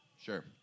Sure